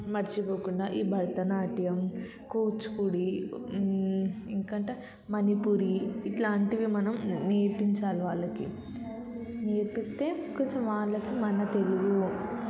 మర్చిపోకుండా ఈ భరతనాట్యం కూచిపూడి ఇంకా అంటే మణిపురి ఇలాంటివి మనం నేర్పించాలి వాళ్ళకి నేర్పిస్తే కొంచెం వాళ్ళకి మన తెలుగు